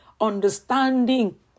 understanding